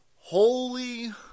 Holy